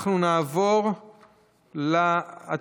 אני קובע